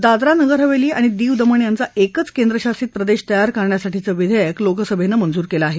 दादरा नगर हवेली आणि दीव दमण यांचा एकच केन्द्रशासित प्रदेश तयार करण्यासाठीचं विधेयक लोकसभेनं मंजूर केलं आहे